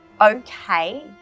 okay